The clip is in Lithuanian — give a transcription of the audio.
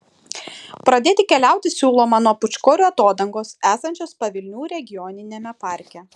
pradėti keliauti siūloma nuo pūčkorių atodangos esančios pavilnių regioniniame parke